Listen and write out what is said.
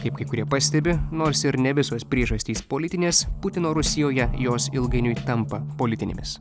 kaip kai kurie pastebi nors ir ne visos priežastys politinės putino rusijoje jos ilgainiui tampa politinėmis